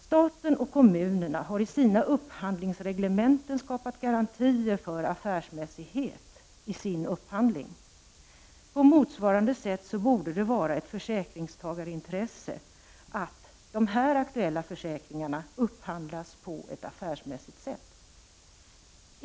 Staten och kommunerna har i sina upphandlingsreglementen skapat garantier för affärsmässighet i sin upphandling. På motsvarande sätt borde det vara ett försäkringstagarintresse att de här aktuella försäkringarna upphandlas på ett affärsmässigt sätt.